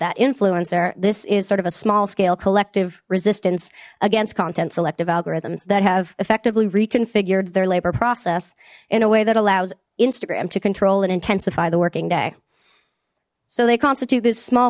that influencer this is sort of a small scale collective resistance against content selective algorithms that have effectively reconfigured their labour process in a way that allows instagram to control and intensify the working day so they constitute this small